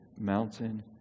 mountain